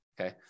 okay